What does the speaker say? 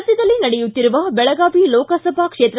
ರಾಜ್ಯದಲ್ಲಿ ನಡೆಯುತ್ತಿರುವ ಬೆಳಗಾವಿ ಲೋಕಸಭಾ ಕ್ಷೇತ್ರ